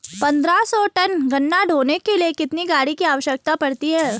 पन्द्रह सौ टन गन्ना ढोने के लिए कितनी गाड़ी की आवश्यकता पड़ती है?